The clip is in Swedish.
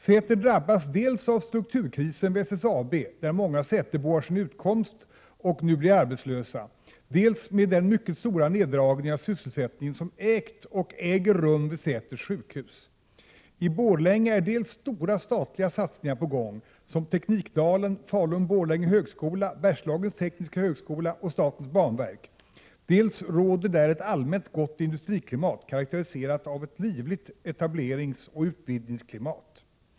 Säter drabbas dels av strukturkrisen vid SSAB, där många säterbor har sin utkomst och nu blir arbetslösa, dels av den mycket stora neddragning av sysselsättningen som ägt och äger rum vid Säters sjukhus. I Borlänge är stora statliga satsningar på gång — som Teknikdalen, Falun/Borlänge högskola, Bergslagens tekniska högskola och statens banverk, och det råder där ett allmänt gott industriklimat, karakteriserat av en livlig etableringsoch utvidgningsatmosfär.